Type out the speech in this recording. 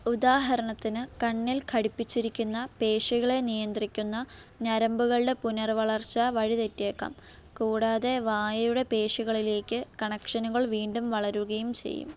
ഉദാഹരണത്തിന് കണ്ണിൽ ഘടിപ്പിച്ചിരിക്കുന്ന പേശികളെ നിയന്ത്രിക്കുന്ന ഞരമ്പുകളുടെ പുനർവളർച്ച വഴിതെറ്റിയേക്കാം കൂടാതെ വായയുടെ പേശികളിലേക്ക് കണക്ഷനുകൾ വീണ്ടും വളരുകയും ചെയ്യും